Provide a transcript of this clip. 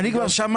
אני רק רוצה